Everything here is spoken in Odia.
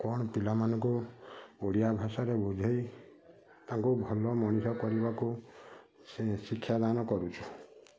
କ'ଣ ପିଲାମାନଙ୍କୁ ଓଡ଼ିଆ ଭାଷାରେ ବୁଝାଇ ତାଙ୍କୁ ଭଲ ମଣିଷ କରିବାକୁ ସେ ଶିକ୍ଷାଦାନ କରୁଛି